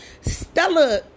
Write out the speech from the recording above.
Stella